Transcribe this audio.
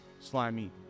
slimy